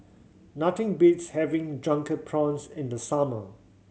nothing beats having Drunken Prawns in the summer